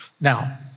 Now